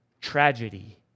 tragedy